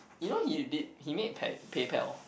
you know he did he made like PayPal